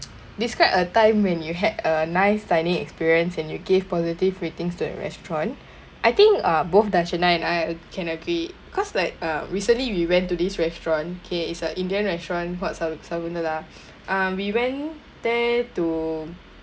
describe a time when you had a nice dining experience and you gave positive ratings to the restaurant I think uh both dashana and I can agree cause like uh recently we went to this restaurant okay is a indian restaurant what's um we went there to